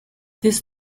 this